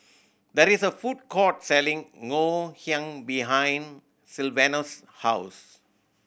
that is a food court selling Ngoh Hiang behind Sylvanus' house